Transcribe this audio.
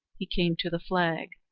he came to the flag.